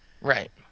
Right